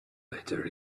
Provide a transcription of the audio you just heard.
later